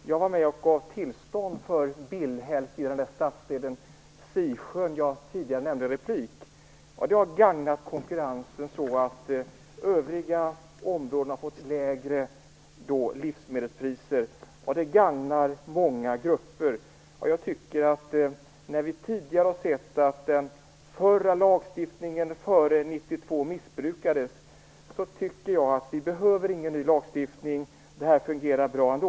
Jag var med och gav tillstånd för Billhälls i stadsdelen Sisjön, som jag tidigare nämnde i en replik. Det har gagnat konkurrensen så, att övriga områden har fått lägre livsmedelspriser. Det gagnar många grupper. Vi har tidigare sett att den lagstiftning som gällde före 1992 missbrukades. Jag tycker inte att vi behöver någon ny lagstiftning. Det fungerar bra ändå.